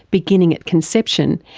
beginning at conception,